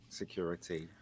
security